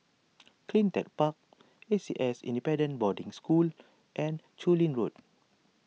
Clean Tech Park A C S Independent Boarding School and Chu Lin Road